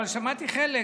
אבל שמעתי חלק.